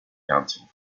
counting